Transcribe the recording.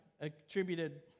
attributed